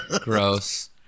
gross